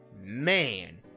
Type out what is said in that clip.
man